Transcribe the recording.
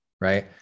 right